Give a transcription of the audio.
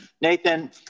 Nathan